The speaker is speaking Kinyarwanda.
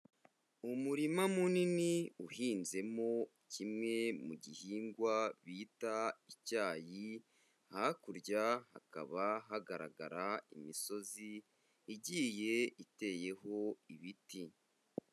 Umurima munini uhinzemo kimwe mu gihingwa bita icyayi, hakurya hakaba hagaragara imisozi igiye iteyeho ibiti.